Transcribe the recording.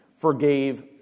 forgave